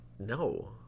No